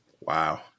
Wow